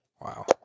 Wow